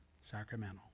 Sacramento